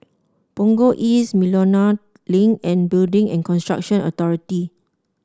Punggol East Miltonia Link and Building and Construction Authority